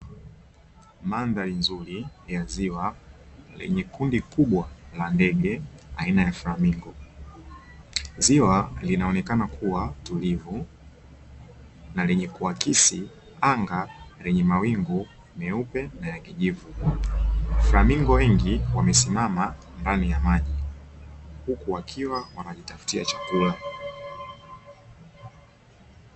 Mandhari nzuri ya ziwa lenye kundi kubwa la ndege aina ya flamingo, ziwa linaonekana kuwa tulivu na lenye kuakisi anga lenye mawingu meupe na kijivu, flamingo wengi wamesimama ndani ya maji huku wakiwa wanajitafutia chakula.